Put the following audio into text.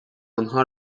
آنها